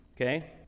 Okay